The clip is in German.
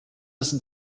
das